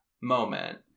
...moment